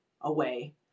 away